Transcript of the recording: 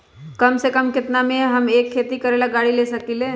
कम से कम केतना में हम एक खेती करेला गाड़ी ले सकींले?